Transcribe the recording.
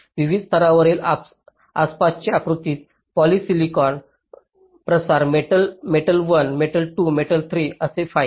विविध स्तरांच्या आसपासचे आयताकृती पॉलिसिलिकॉन प्रसार मेटल मेटल 1 मेटल 2 मेटल 3 आणि असे फाईन